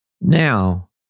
Now